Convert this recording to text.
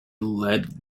led